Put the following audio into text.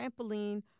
Trampoline